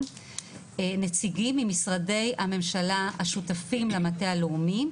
נציגים ממשרדי הממשלה השותפים למטה הלאומי,